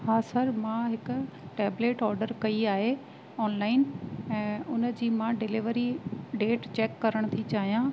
हा सर मां हिकु टेबलेट ऑडर कई आहे ऑनलाइन ऐं उनजी मां डिलीवरी डेट चैक करण थी चाहियां